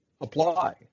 apply